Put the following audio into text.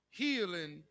healing